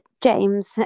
james